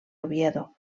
oviedo